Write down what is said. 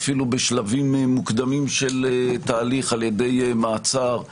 אפילו בשלבים מוקדמים של תהליך ע"י מעצר,